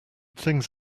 things